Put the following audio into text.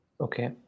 Okay